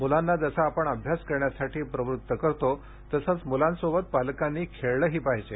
मुलांना जसं आपण अभ्यास करण्यासाठी प्रवृत्त करतो तसंच मुलांबरोबर पालकांनी खेळलंही पाहिजे